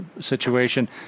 situation